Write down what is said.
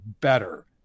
better